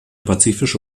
pazifische